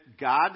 God